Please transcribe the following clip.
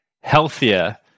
healthier